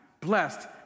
blessed